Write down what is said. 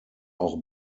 auch